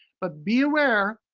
but be aware,